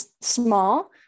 small